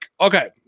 Okay